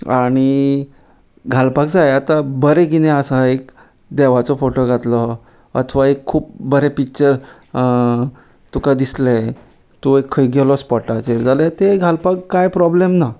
आनी घालपाक जाय आतां बरें कितें आसा एक देवाचो फोटो घातलो अथवा एक खूब बरें पिक्चर तुका दिसले तूं एक खंय गेलो स्पोटाचेर जाल्या ते घालपाक कांय प्रोब्लेम ना